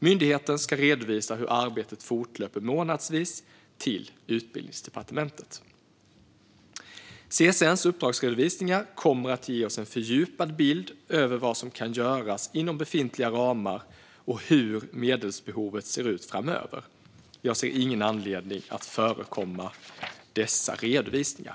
Myndigheten ska redovisa hur arbetet fortlöper månadsvis till Utbildningsdepartementet. CSN:s uppdragsredovisningar kommer att ge oss en fördjupad bild över vad som kan göras inom befintliga ramar och hur medelsbehovet ser ut framöver. Jag ser ingen anledning att föregripa dessa redovisningar.